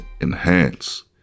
enhance